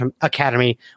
academy